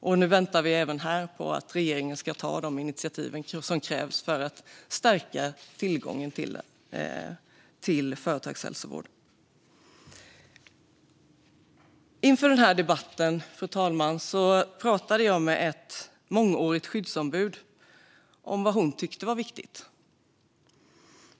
Även här väntar vi på att regeringen ska ta de initiativ som krävs för att stärka tillgången till företagshälsovård. Inför den här debatten, fru talman, pratade jag med ett mångårigt skyddsombud om vad hon tyckte var viktigt.